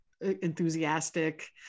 enthusiastic